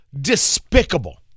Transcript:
despicable